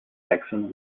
saxon